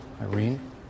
Irene